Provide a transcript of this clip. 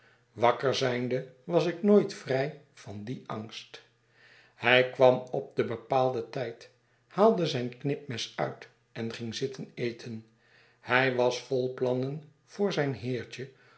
wakker zijnde was ik nooit vrij van dien angst hij kwam op den bepaalden tijd haalde zijn knipmes uit en ging zitten eten hij was vol plannen voor zijn heertje